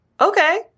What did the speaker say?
Okay